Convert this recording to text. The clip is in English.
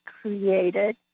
created